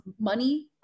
money